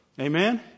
Amen